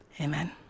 Amen